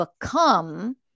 become